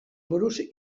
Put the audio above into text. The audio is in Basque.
buruz